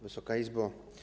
Wysoka Izbo!